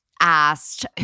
asked